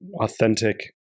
authentic